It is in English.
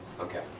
Okay